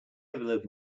envelope